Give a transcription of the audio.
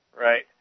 Right